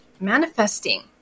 Manifesting